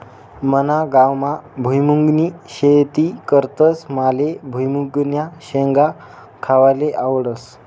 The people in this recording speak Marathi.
मना गावमा भुईमुंगनी शेती करतस माले भुईमुंगन्या शेंगा खावाले आवडस